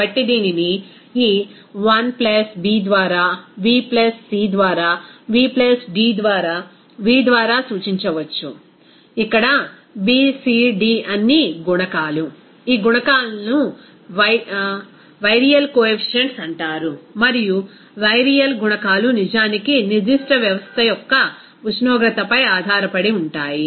కాబట్టి దీనిని ఈ 1 B ద్వారా v C ద్వారా v D ద్వారా v ద్వారా సూచించవచ్చు ఇక్కడ B C D అన్నీ గుణకాలు ఆ గుణకాలను వైరియల్ కోఎఫీషియంట్స్ అంటారు మరియు వైరియల్ గుణకాలు నిజానికి నిర్దిష్ట వ్యవస్థ యొక్క ఉష్ణోగ్రతపై ఆధారపడి ఉంటాయి